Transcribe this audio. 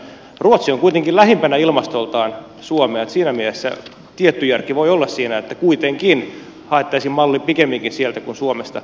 ruotsi on kuitenkin ilmastoltaan lähimpänä suomea niin että siinä mielessä tietty järki voi olla siinä että kuitenkin haettaisiin malli pikemminkin sieltä kuin suomesta